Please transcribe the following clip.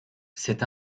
cet